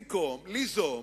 במקום ליזום,